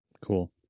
Cool